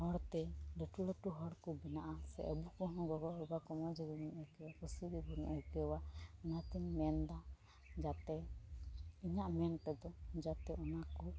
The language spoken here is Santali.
ᱦᱚᱲᱛᱮ ᱞᱟᱹᱴᱩ ᱞᱟᱹᱴᱩ ᱦᱚᱲᱠᱚ ᱵᱮᱱᱟᱜᱼᱟ ᱥᱮ ᱟᱹᱵᱚᱠᱚ ᱦᱚᱸ ᱜᱚᱜᱚᱦᱚᱲ ᱵᱟᱠᱚ ᱢᱚᱡ ᱵᱚᱱ ᱟᱹᱭᱠᱟᱹᱣᱟ ᱠᱩᱥᱤᱜᱮ ᱵᱚᱱ ᱟᱹᱭᱠᱟᱹᱣᱟ ᱚᱱᱟᱛᱮᱧ ᱢᱮᱱᱫᱟ ᱡᱟᱛᱮ ᱤᱧᱟᱹᱜ ᱢᱮᱱᱛᱮᱫᱚ ᱡᱟᱛᱮ ᱚᱱᱟᱠᱚ